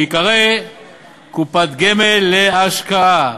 שייקרא קופת גמל להשקעה.